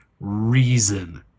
reason